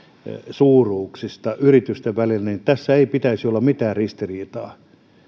suuruuksista yritysten välillä eli tässä ei pitäisi olla mitään ristiriitaa